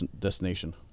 destination